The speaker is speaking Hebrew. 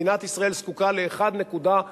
מדינת ישראל זקוקה ל-1.2